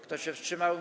Kto się wstrzymał?